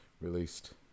released